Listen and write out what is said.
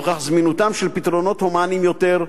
לנוכח זמינותם של פתרונות הומניים יותר,